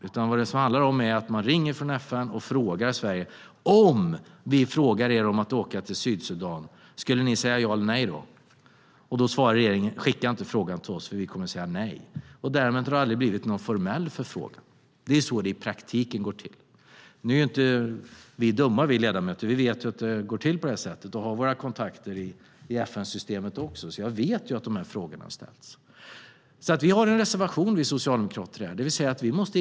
Det handlar om att FN ringer och frågar Sverige: Om FN frågar Sverige om att åka till Sydsudan skulle Sverige säga ja eller nej då? Då svarar regeringen att frågan inte ska skickas till dem därför att de kommer att säga nej. Därmed har det aldrig kommit en formell förfrågan. Det är så det i praktiken går till. Nu är inte vi ledamöter dumma. Vi vet att det går till så. Vi har våra kontakter i FN-systemet också. Vi vet att frågorna har ställts. Vi socialdemokrater har en reservation i frågan.